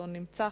לא נמצא,